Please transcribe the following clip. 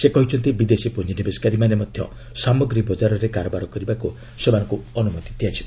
ସେ କହିଛନ୍ତି ବିଦେଶୀ ପ୍ରଞ୍ଜିନିବେଶକାରୀମାନେ ମଧ୍ୟ ସାମଗ୍ରୀ ବଜାରରେ କାରବାର କରିବାକୁ ସେମାନଙ୍କୁ ଅନୁମତି ଦିଆଯିବ